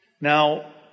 Now